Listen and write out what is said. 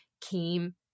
came